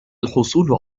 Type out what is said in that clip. الحصول